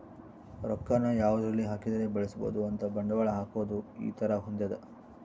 ರೊಕ್ಕ ನ ಯಾವದರಲ್ಲಿ ಹಾಕಿದರೆ ಬೆಳ್ಸ್ಬೊದು ಅಂತ ಬಂಡವಾಳ ಹಾಕೋದು ಈ ತರ ಹೊಂದ್ಯದ